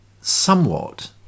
somewhat